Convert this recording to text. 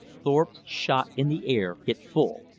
thorpe's shot in the air hit full.